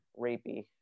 rapey